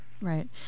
right